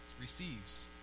receives